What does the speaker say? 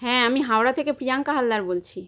হ্যাঁ আমি হাওড়া থেকে প্রিয়াঙ্কা হালদার বলছি